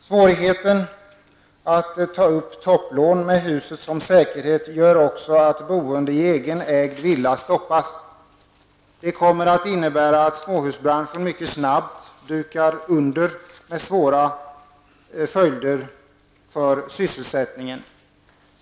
Svårigheten att ta upp topplån med huset som säkerhet gör också att boende i egen ägd villa stoppas. Det kommer att innebära att småhusbranschen mycket snabbt dukar under, med svåra följder för sysselsättningen.